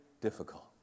difficult